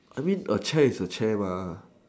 I mean a chair is a chair mah